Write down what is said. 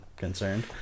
concerned